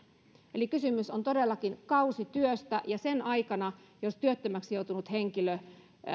eli kysymys on todellakin kausityöstä ja jos sen aikana työttömäksi joutunut henkilö